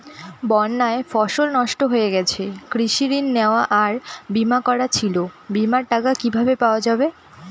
বন্যায় ফসল নষ্ট হয়ে গেছে কৃষি ঋণ নেওয়া আর বিমা করা ছিল বিমার টাকা কিভাবে পাওয়া যাবে?